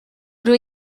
rydw